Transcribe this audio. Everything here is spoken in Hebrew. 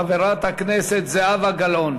חברת הכנסת זהבה גלאון.